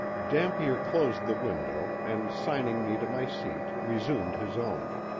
dampier closed the window and signing me to my seat resumed his own.